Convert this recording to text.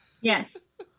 Yes